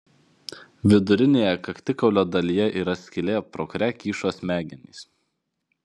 vidurinėje kaktikaulio dalyje yra skylė pro kurią kyšo smegenys